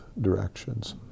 directions